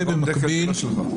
מחירון דקל הוא לא שלך?